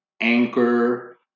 Anchor